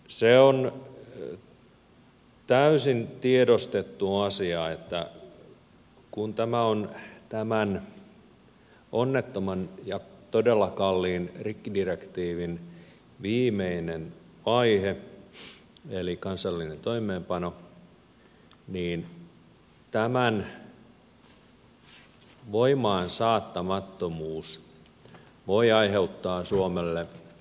se on täysin tiedostettu asia että kun tämä on tämän onnettoman ja todella kalliin rikkidirektiivin viimeinen vaihe eli kansallinen toimeenpano niin tämän voimaansaattamattomuus voi aiheuttaa suomelle hankaluuksia